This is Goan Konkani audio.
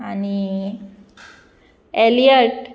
आनी एलियट